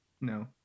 No